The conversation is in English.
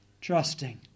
trusting